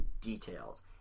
details